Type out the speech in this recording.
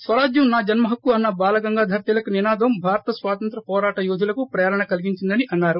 స్వరాజ్యం నా జన్మహక్కు అన్న బాల గంగాధర్ తిలక్ నినాదం భారత స్వాతంత్ర్వ పోరాట యోధులకు ప్రేరణ కలిగించిందని అన్నారు